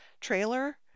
trailer